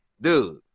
dude